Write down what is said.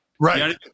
Right